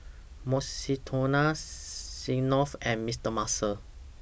Mukshidonna Smirnoff and Mister Muscle